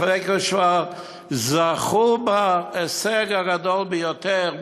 אחרי שכבר זכו בהישג הגדול ביותר,